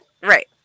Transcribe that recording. right